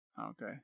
Okay